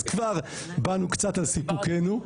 אז כבר באנו קצת על סיפוקנו.